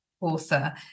author